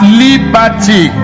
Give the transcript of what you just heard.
liberty